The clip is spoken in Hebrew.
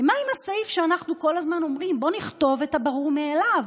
ומה עם הסעיף שאנחנו כל הזמן אומרים בו: בואו נכתוב את הברור מאליו,